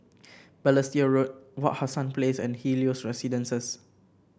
Balestier Road Wak Hassan Place and Helios Residences